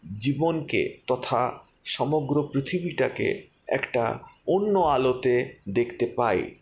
জীবনকে তথা সমগ্র পৃথিবীটাকে একটা অন্য আলোতে দেখতে পাই